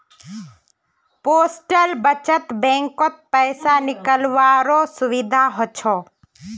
postal बचत बैंकत पैसा निकालावारो सुविधा हछ